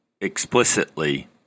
explicitly